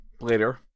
later